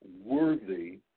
worthy